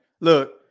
Look